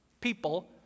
people